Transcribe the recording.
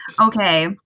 Okay